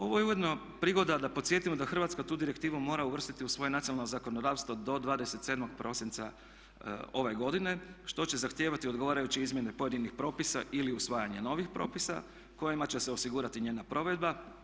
Ovo je ujedno prigoda da podsjetimo da Hrvatska tu direktivu mora uvrstiti u svoje nacionalno zakonodavstvo do 27.prosinca ove godine što će zahtijevati odgovarajuće izmjene pojedinih propisa ili usvajanje novih propisa kojima će se osigurati njena provedba.